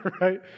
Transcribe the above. right